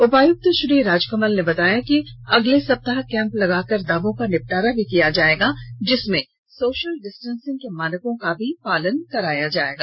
उपायुक्त श्री राजकमल ने बताया कि अगले सप्ताह कैंप लगाकर दावों का निपटारा भी किया जाएगा जिसमें सोशल डिस्टेंसिंग के मानकों का भी पालन कराया जाएगा